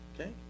Okay